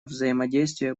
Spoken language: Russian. взаимодействие